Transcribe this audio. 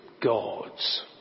God's